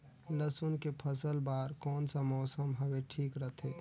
लसुन के फसल बार कोन सा मौसम हवे ठीक रथे?